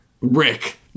Rick